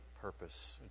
purpose